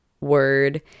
word